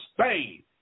Spain